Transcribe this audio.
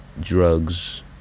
drugs